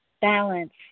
balance